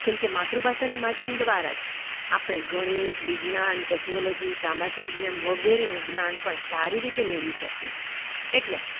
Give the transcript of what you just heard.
કેમ કે માતૃભાષાના માધ્યમ દ્વારા જ આપણે ગણિત વિજ્ઞાન ટેક્નોલોજી સામાજિક વિજ્ઞાન વગેરેનું જ્ઞાન પણ સારી રીતે મેળવી શકીએ એટલે